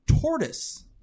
tortoise